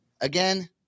again